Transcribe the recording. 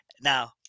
Now